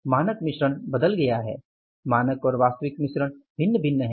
मानक मिश्रण बदल गया है मानक और वास्तविक मिश्रण भिन्न हैं